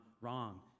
wrong